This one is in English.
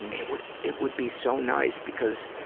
it would, it would be so nice because,